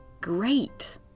great